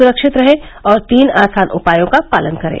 सुरक्षित रहें और तीन आसान उपायों का पालन करें